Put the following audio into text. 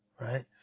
Right